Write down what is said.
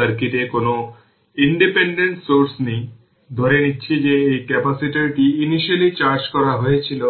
সার্কিটে কোনো independent source নেই ধরে নিচ্ছি যে এই ক্যাপাসিটরটি ইনিশিয়ালী চার্জ করা হয়েছিল